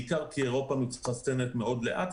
בעיקר כי אירופה מתחסנת מאוד לאט,